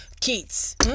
kids